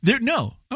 No